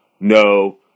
no